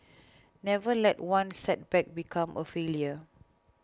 never let one setback become a failure